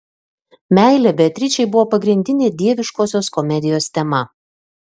meilė beatričei buvo pagrindinė dieviškosios komedijos tema